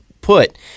put